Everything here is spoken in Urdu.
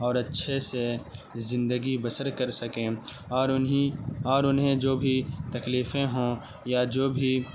اور اچھے سے زندگی بسر کر سکیں اور انہی اور انہیں جو بھی تکلیفیں ہوں یا جو بھی